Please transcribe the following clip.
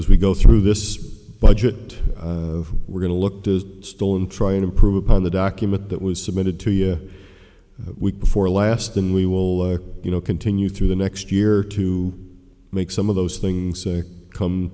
as we go through this budget we're going to look to still and try and improve upon the document that was submitted to you a week before last and we will you know continue through the next year to make some of those things come